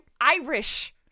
Irish